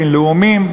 בין לאומים,